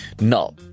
Now